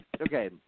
okay